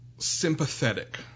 Sympathetic